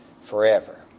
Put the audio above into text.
forever